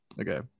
okay